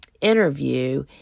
interview